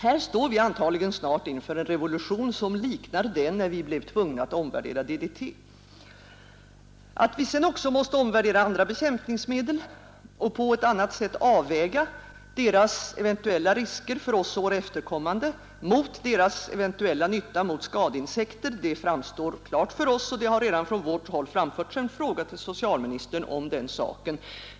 Här står vi antagligen snart inför en revolution, liksom den gången när vi blev tvungna att omvärdera DDT. Att vi också måste omvärdera andra bekämpningsmedel och på ett annat sätt avväga deras eventuella risker för oss och våra efterkommande mot deras eventuella nytta mot skadeinsekter, det framstår klart för oss och det har redan från vårt håll framförts en fråga till socialministern om detta.